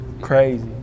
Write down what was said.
crazy